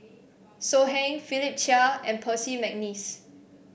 So Heng Philip Chia and Percy McNeice